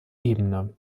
ebene